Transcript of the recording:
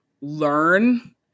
learn